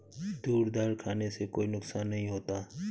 तूर दाल खाने से कोई नुकसान नहीं होता